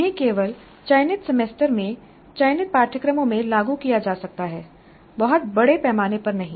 उन्हें केवल चयनित सेमेस्टर में चयनित पाठ्यक्रमों में लागू किया जा सकता है बहुत बड़े पैमाने पर नहीं